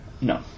No